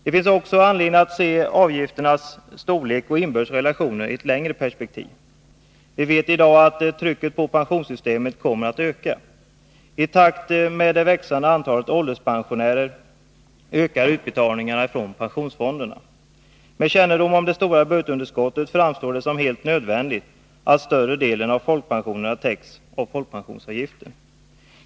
Det finns också anledning att se avgifternas storlek och inbördes relationer i ett längre perspektiv. Vi vet i dag att trycket på pensionssystemet kommer att öka. I takt med det växande antalet ålderspensionärer ökar utbetalningarna från pensionsfonderna. Med kännedom om det stora budgetunderskottet framstår det som helt nödvändigt att större delen av folkpensionerna täcks av folkpensionsavgiften.